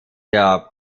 der